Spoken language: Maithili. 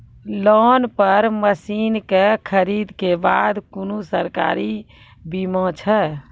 लोन पर मसीनऽक खरीद के बाद कुनू सरकारी बीमा छै?